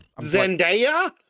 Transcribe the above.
Zendaya